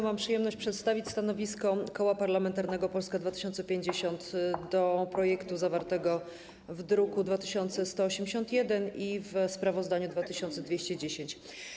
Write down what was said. Mam przyjemność przedstawić stanowisko Koła Parlamentarnego Polska 2050 wobec projektu zawartego w druku nr 2181 i sprawozdania - druk nr 2210.